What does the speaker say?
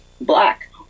Black